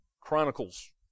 Chronicles